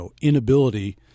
inability